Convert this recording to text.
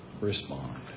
respond